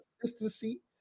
consistency